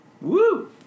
Woo